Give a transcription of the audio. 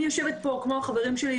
אני יושבת פה כמו החברים שלי,